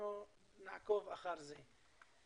נעקוב אחרי זה.